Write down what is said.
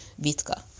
Vitka